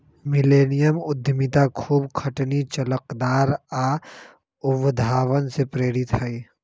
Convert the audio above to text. millennium उद्यमिता खूब खटनी, लचकदार आऽ उद्भावन से प्रेरित हइ